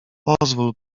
pozwól